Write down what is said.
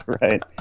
right